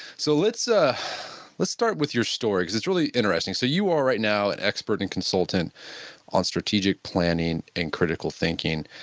so let's ah let's start with your story, because it's really interesting. so you are, right now, an expert and consultant on strategic planning and critical thinking.